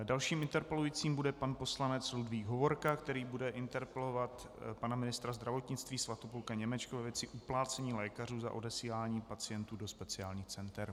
Dalším interpelujícím bude pan poslanec Ludvík Hovorka, který bude interpelovat pana ministra zdravotnictví Svatopluka Němečka ve věci uplácení lékařů za odesílání pacientů do speciálních center.